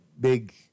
big